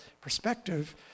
perspective